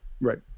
Right